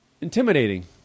Intimidating